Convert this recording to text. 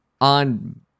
on